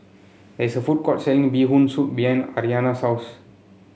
there's a food court selling Bee Hoon Soup behind Aryana's house